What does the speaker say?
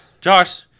Josh